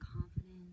confidence